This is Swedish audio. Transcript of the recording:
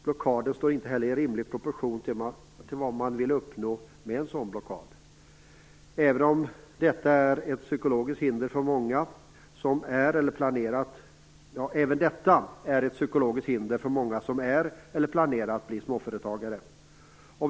Blockaden står inte heller i rimlig proportion till vad man vill uppnå med den. Även detta är ett psykologiskt hinder för många som är eller planerar att bli småföretagare.